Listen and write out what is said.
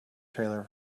trailer